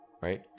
right